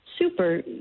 super